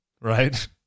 right